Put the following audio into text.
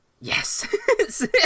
Yes